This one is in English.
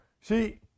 See